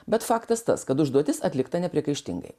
bet faktas tas kad užduotis atlikta nepriekaištingai